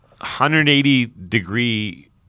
180-degree